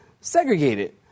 segregated